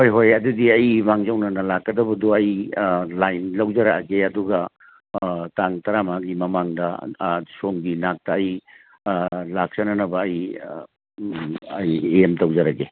ꯍꯣꯏ ꯍꯣꯏ ꯑꯗꯨꯗꯤ ꯑꯩ ꯃꯥꯡꯖꯧꯅꯅ ꯂꯥꯛꯀꯗꯕꯗꯨ ꯑꯩ ꯂꯥꯏꯟ ꯂꯧꯖꯔꯛꯑꯒꯦ ꯑꯗꯨꯒ ꯇꯥꯡ ꯇꯔꯥ ꯃꯉꯥꯒꯤ ꯃꯃꯥꯡꯗ ꯁꯣꯝꯒꯤ ꯅꯥꯛꯇ ꯑꯩ ꯂꯥꯛꯆꯅꯅꯕ ꯑꯩ ꯎꯝ ꯑꯩ ꯑꯦꯝ ꯇꯧꯖꯔꯒꯦ